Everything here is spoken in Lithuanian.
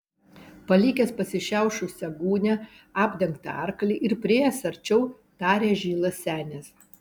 palikęs pasišiaušusią gūnią apdengtą arklį ir priėjęs arčiau tarė žilas senis